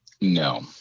No